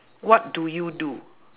what do you do